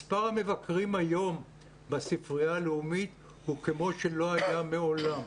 מספר המבקרים היום בספרייה הלאומית הוא כמו שלא היה מעולם.